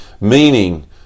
Meaning